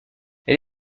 elle